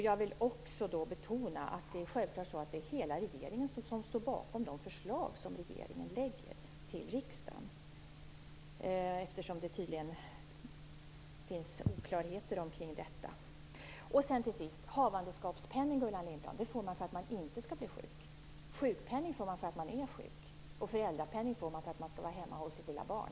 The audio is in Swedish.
Jag vill betona att självklart står hela regeringen bakom de förslag som regeringen lägger fram i riksdagen. Det finns tydligen oklarheter i det avseendet. Till sist: Gullan Lindblad, havandeskapspenning får man för att man inte skall bli sjuk. Sjukpenning får man för att man är sjuk. Föräldrapenning får man för att man skall vara hemma hos sitt lilla barn.